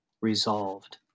resolved